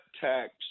tax